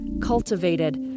cultivated